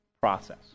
process